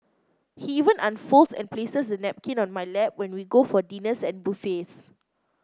he even unfolds and places the napkin on my lap when we go for dinners and buffets